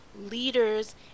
leaders